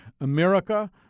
America